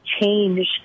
change